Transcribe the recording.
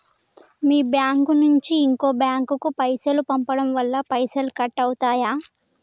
మీ bank నుంచి ఇంకో bank కు పైసలు పంపడం వల్ల పైసలు కట్ అవుతయా?